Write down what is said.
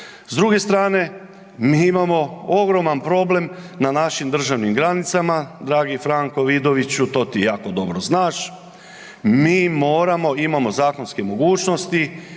S druge strane mi imamo ogroman problem na našim državnim granicama dragi Franko Vidoviću to ti jako dobro znaš. Mi moramo, imamo zakonske mogućnosti,